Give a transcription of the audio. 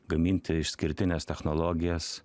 gaminti išskirtines technologijas